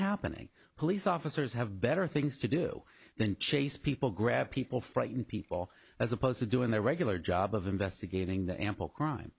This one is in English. happening police officers have better things to do than chase people grab people frighten people as opposed to doing their regular job of investigating the ample crime